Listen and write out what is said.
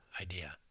idea